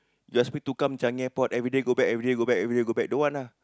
you ask me to come Changi Airport everyday go back everyday go back everyday go back don't want lah